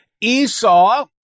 Esau